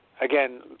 again